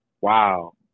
Wow